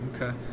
Okay